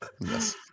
Yes